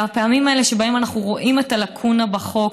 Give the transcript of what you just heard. והפעמים האלה שבהן אנחנו רואים את הלקונה בחוק,